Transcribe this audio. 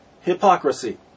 hypocrisy